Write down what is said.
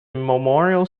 memorial